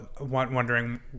wondering